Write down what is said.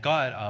God